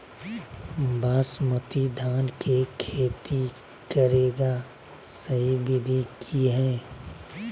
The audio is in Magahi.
बासमती धान के खेती करेगा सही विधि की हय?